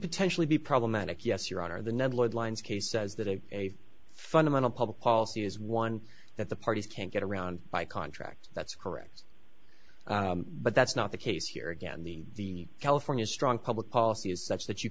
potentially be problematic yes your honor the ned ludd lines case says that have a fundamental public policy is one that the parties can't get around by contract that's correct but that's not the case here again the california strong public policy is such that you